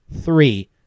three